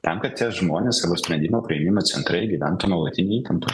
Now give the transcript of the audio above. tam kad tie žmonės sprendimų priėmimo centrai gyventų nuolatinėj įtampoj